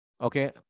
okay